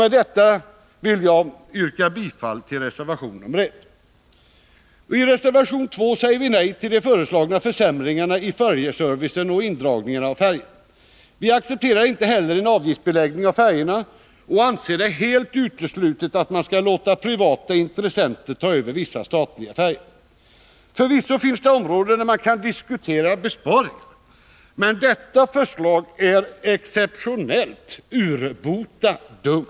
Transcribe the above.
Med detta vill jag yrka bifall till reservation nr 1. I reservation 2 säger vi nej till de föreslagna försämringarna i färjeservicen och indragningar av färjor. Vi accepterar inte heller en avgiftsbeläggning av Nr 51 färjorna och anser det helt uteslutet att man skall låta privata intressenter ta Tisdagen den över vissa statliga färjor. 16 december 1980 Förvisso finns det områden där man kan diskutera besparingar, men detta förslag är exeptionellt urbota dumt.